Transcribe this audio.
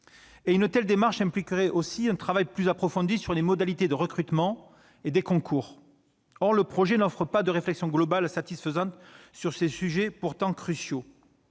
Une telle démarche impliquerait aussi un travail plus approfondi sur les modalités de recrutement et des concours. Or le projet de loi n'offre pas de réflexion globale satisfaisante sur ces sujets cruciaux.